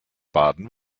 baden